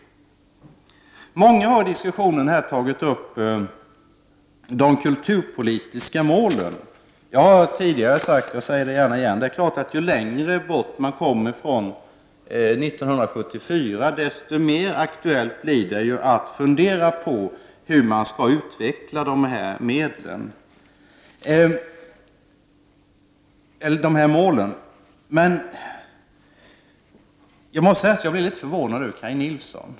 Många har i diskussionen tagit upp de kulturpolitiska målen. Jag har tidigare sagt, och säger det gärna igen, att ju längre bort man kommer från 1974, desto mer aktuellt blir det att fundera på hur vi skall utveckla dessa mål. Jag måste säga att jag är litet förvånad över Kaj Nilsson.